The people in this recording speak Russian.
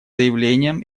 заявлением